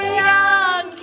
young